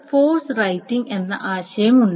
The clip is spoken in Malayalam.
ഫോഴ്സ് റൈറ്റിംഗ് എന്ന ആശയം ഉണ്ട്